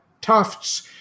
Tufts